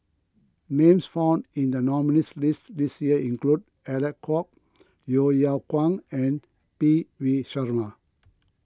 names found in the nominees' list this year include Alec Kuok Yeo Yeow Kwang and P V Sharma